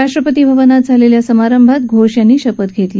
राष्ट्रपती भवनात झालेल्या समारंभात घोष यांनी शपथ घेतली